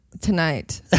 tonight